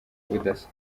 ubudasa